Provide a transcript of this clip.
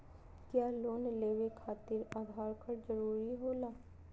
क्या लोन लेवे खातिर आधार कार्ड जरूरी होला?